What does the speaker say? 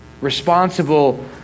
responsible